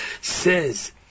says